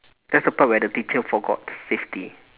that's the part where the teacher forgot safety